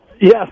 Yes